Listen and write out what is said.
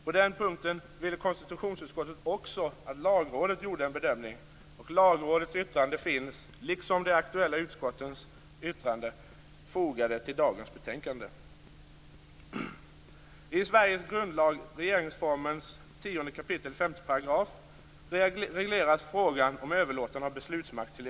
På den punkten ville konstitutionsutskottet att också Lagrådet gjorde en bedömning, och Lagrådets yttrande finns, liksom de aktuella utskottens yttranden, fogade till dagens betänkande.